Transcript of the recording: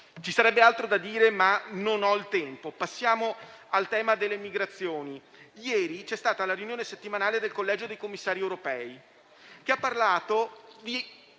Ci sarebbe altro da dire, ma non ne ho il tempo. Passo quindi al tema delle migrazioni. Ieri c'è stata la riunione settimanale del Collegio dei commissari europei, che a proposito